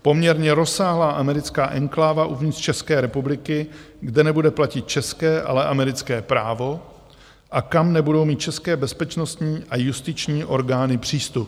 Poměrně rozsáhlá americká enkláva uvnitř České republiky, kde nebude platit české, ale americké právo a kam nebudou mít české bezpečnostní a justiční orgány přístup.